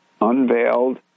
unveiled